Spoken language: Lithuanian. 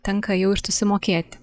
tenka jau ir susimokėti